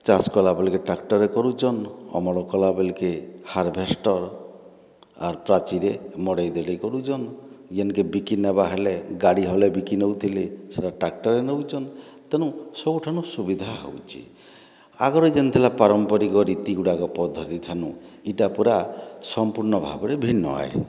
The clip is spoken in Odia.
ଚାଷ କଲା ବେଳ୍କେ ଟ୍ରାକ୍ଟରରେ କରୁଛନ୍ ଅମଳ କଲାବେଳେକେ ହାର୍ଭେଷ୍ଟର ଆର୍ ପ୍ରାଚୀରେ ମଡ଼େଇ ଦେଲେ କରୁଛନ୍ ଯେନ୍କେ ବିକି ନେବା ହେଲେ ଗାଡ଼ି ହଲେ ବିକି ନେଉଥିଲେ ସେଟା ଟ୍ରାକ୍ଟରରେ ନେଉଛନ୍ ତେଣୁ ସବୁଠାନୁ ସୁବିଧା ହେଉଛେ ଆଗରୁ ଯେନ୍ ଥିଲା ପାରମ୍ପାରିକ ରୀତି ଗୁଡ଼ାକ ପଦ୍ଧତି ଥାନୁ ଇଟା ପୁରା ସଂପୂର୍ଣ୍ଣ ଭାବରେ ଭିନ୍ନ ଅଏ